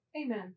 Amen